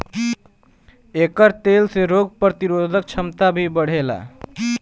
एकर तेल से रोग प्रतिरोधक क्षमता भी बढ़ेला